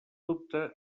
dubte